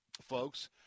folks